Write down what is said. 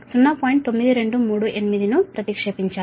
9238 ను ప్రతిక్షేపించాలి